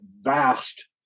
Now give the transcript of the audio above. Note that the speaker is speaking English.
vast